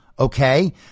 Okay